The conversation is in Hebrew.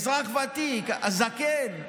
אזרח ותיק, הזקן.